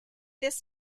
this